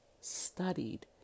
studied